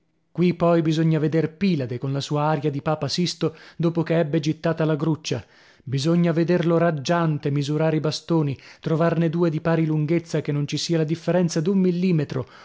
qui poi bisogna veder pilade con la sua aria di papa sisto dopo che ebbe gittata la gruccia bisogna vederlo raggiante misurare i bastoni trovarne due di pari lunghezza che non ci sia la differenza d'un millimetro